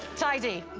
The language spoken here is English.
tidy.